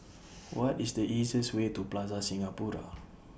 What IS The easiest Way to Plaza Singapura